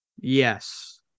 Yes